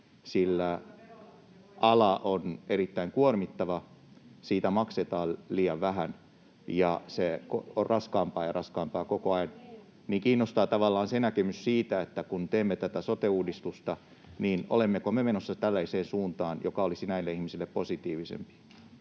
ala on erittäin kuormittava, siitä maksetaan liian vähän, ja se on raskaampaa ja raskaampaa koko ajan. Eli kiinnostaa tavallaan se näkemys siitä, että kun teemme tätä sote-uudistusta, niin olemmeko me menossa tällaiseen suuntaan, joka olisi näille ihmisille positiivisempi.